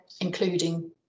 including